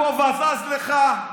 הכובע זז לך?